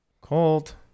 Cold